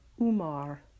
Umar